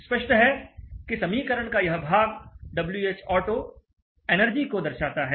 स्पष्ट है कि समीकरण का यह भाग Whauto एनर्जी को दर्शाता है